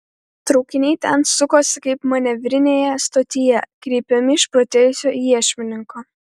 traukiniai ten sukosi kaip manevrinėje stotyje kreipiami išprotėjusio iešmininko